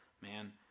man